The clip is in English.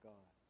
God